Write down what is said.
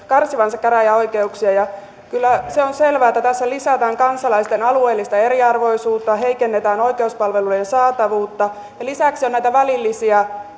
karsivansa käräjäoikeuksia kovalla kädellä ja kyllä se on selvää että tässä lisätään kansalaisten alueellista eriarvoisuutta ja heikennetään oikeuspalvelujen saatavuutta lisäksi on näitä välillisiä